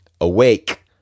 awake